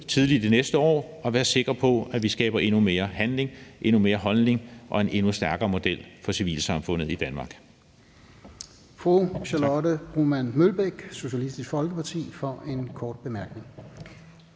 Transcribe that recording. tidligt de næste år og være sikre på, at vi skaber endnu mere handling, endnu mere holdning og en endnu stærkere model for civilsamfundet i Danmark.